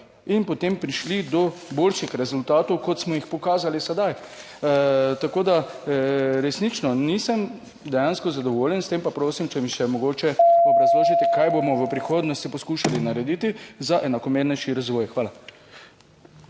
in potem prišli do boljših rezultatov, kot smo jih pokazali sedaj? Tako da resnično nisem dejansko zadovoljen s tem. Pa prosim, če mi še mogoče obrazložite: Kaj bomo v prihodnosti poskušali narediti za enakomernejši razvoj? Hvala.